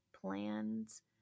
plans